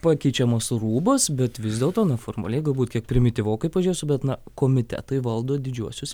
pakeičiamas rūbas bet vis dėlto na formaliai galbūt kiek primityvokai pažiūrėsiu bet na komitetai valdo didžiuosius